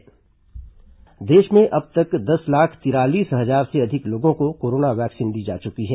corona टीका देश में अब तक दस लाख तिरालीस हजार से अधिक लोगों को कोरोना वैक्सीन दी जा चुकी है